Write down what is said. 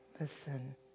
Listen